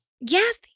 Yes